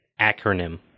acronym